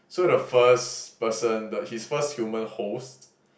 so the first person the his first human host